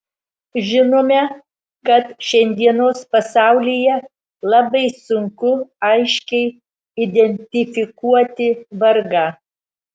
žinome kad šiandienos pasaulyje labai sunku aiškiai identifikuoti vargą